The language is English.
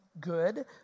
good